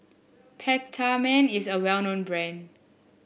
Peptamen is a well known brand